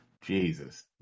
Jesus